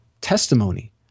testimony